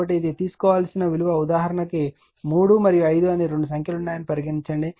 కాబట్టి ఇది తీసుకోవలసిన విలువ ఉదాహరణకు 3 మరియు 5 అని రెండు సంఖ్యలు ఉన్నాయని పరిగణించండి